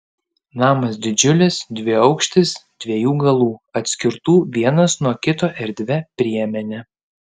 namas didžiulis dviaukštis dviejų galų atskirtų vienas nuo kito erdvia priemene